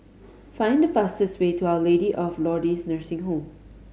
find the fastest way to Our Lady of Lourdes Nursing Home